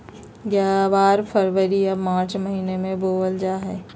ग्वार फरवरी या मार्च महीना मे बोवल जा हय